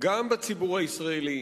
גם בציבור הישראלי